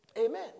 Amen